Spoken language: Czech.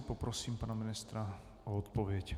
Poprosím pana ministra o odpověď.